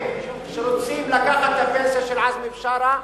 שהעניין הזה שרוצים לקחת את הפנסיה של עזמי בשארה,